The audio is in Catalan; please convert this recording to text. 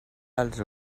dels